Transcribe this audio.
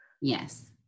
Yes